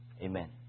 Amen